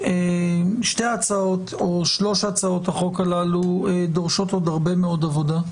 שתי ההצעות או שלוש ההצעות הללו דורשות עוד הרבה מאוד עבודה,